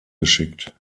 geschickt